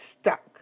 stuck